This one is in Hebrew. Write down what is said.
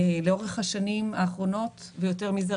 לאורך השנים האחרונות ויותר מזה,